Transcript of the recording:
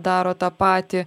daro tą patį